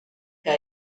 que